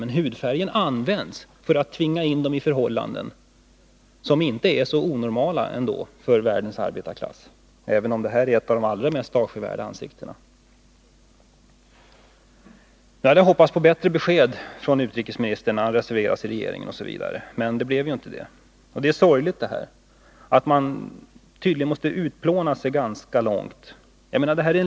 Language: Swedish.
Men man utgår från de svartas hudfärg för att tvinga in de svarta i förhållanden som inte är så onormala ändå för världens arbetarklass, även om det här är ett av de allra mest avskyvärda ansiktena. Jag hade hoppats på bättre besked från utrikesministern, eftersom han reserverade sigi regeringen. Det är sorgligt att Ola Ullsten måste utplåna sig i så stor utsträckning.